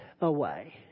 away